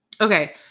okay